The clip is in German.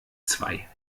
zwei